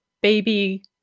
baby